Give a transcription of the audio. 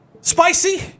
Spicy